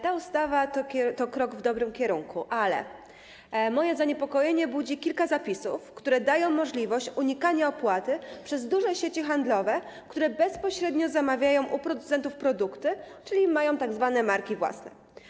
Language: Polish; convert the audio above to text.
Ta ustawa to krok w dobrym kierunku, ale moje zaniepokojenie budzi kilka zapisów, które dają możliwość unikania opłaty przez duże sieci handlowe, które bezpośrednio zamawiają u producentów produkty, czyli mają tzw. marki własne.